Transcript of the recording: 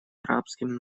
арабским